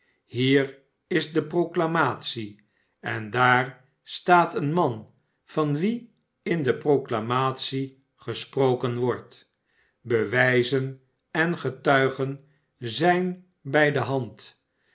hier is de proclamatie en daar staat een man van ivien in de proclamatie gesproken wordt bewijzen en getuigen zijn t ij de hand